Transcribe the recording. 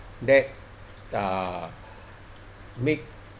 that uh make